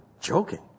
joking